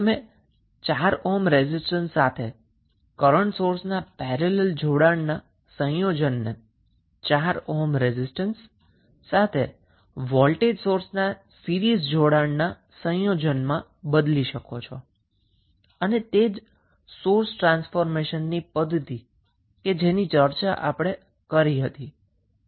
તમે 4 ohm resistance સાથેના current સોર્સના પેરેલલ જોડાણના સંયોજનને 4 ઓહ્મ રેઝિસ્ટન્સ સાથેના વોલ્ટેજ સોર્સના સીરીઝ જોડાણના સંયોજનથી બદલીને સોલ્વ કરી શકો છો જે સોર્સ ટ્રાન્સફોર્મેશનની પધ્ધતિ છે જે અગાઉ આપણે અભ્યાર કરી ગયા છીએ